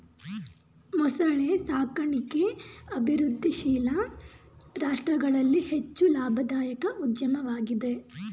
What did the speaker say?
ಮೊಸಳೆ ಸಾಕಣಿಕೆ ಅಭಿವೃದ್ಧಿಶೀಲ ರಾಷ್ಟ್ರಗಳಲ್ಲಿ ಹೆಚ್ಚು ಲಾಭದಾಯಕ ಉದ್ಯಮವಾಗಿದೆ